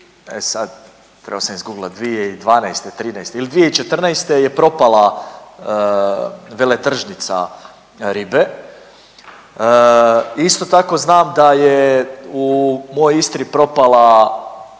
sad … izgubila 2012., '13. ili 2014. je propala veletržnica ribe i isto tako znam da je u mojoj Istri propala